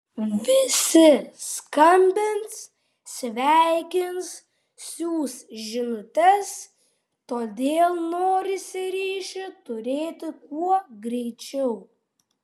visi skambins sveikins siųs žinutes todėl norisi ryšį turėti kuo greičiau